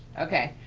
okay.